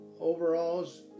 overalls